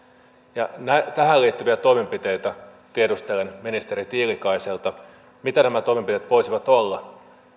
ja tähän liittyviä toimenpiteitä tiedustelen ministeri tiilikaiselta mitä nämä toimenpiteet voisivat olla